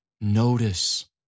notice